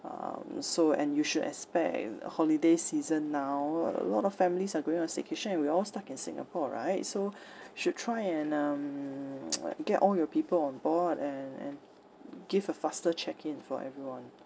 um so and you should expect holiday season now a lot of families are going on staycation and we are all stuck in singapore right so should try and um get all your people on board and and give a faster check in for everyone